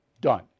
Done